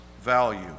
value